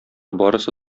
барысы